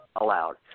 allowed